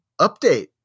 update